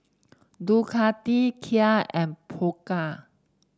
Ducati Kia and Pokka